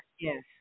Yes